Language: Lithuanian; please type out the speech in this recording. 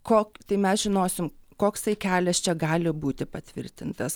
ko tai mes žinosim koksai kelias čia gali būti patvirtintas